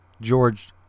George